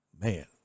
Man